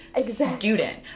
student